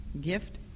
gift